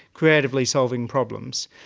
creatively solving problems,